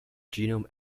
genome